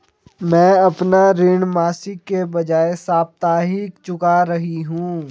मैं अपना ऋण मासिक के बजाय साप्ताहिक चुका रही हूँ